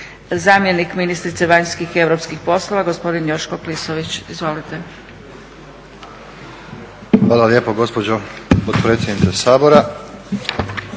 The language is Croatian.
zamjenik ministrice vanjskih i europskih poslova gospodin Joško Klisović. Izvolite. **Klisović, Joško** Hvala lijepo gospođo potpredsjednice Sabora,